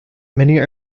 many